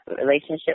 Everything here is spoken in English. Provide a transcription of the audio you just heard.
relationship